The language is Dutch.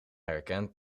herkent